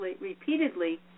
repeatedly